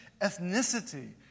ethnicity